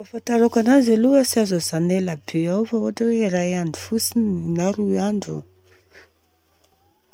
Fahafantarako anazy aloha tsy ajanona elabe ao fa ohatra hoe iray andro fotsiny na roy andro.